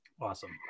awesome